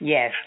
Yes